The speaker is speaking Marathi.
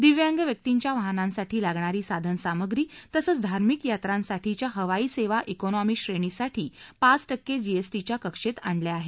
दिव्यांग व्यक्तींच्या वाहनांसाठी लागणारी साधनसामग्री तसंच धार्मिक यात्रांसाठीच्या हवाई सेवा इकॉनॉमी श्रेणी साठी पाच टक्के जीएसटीच्या कक्षेत आणल्या आहेत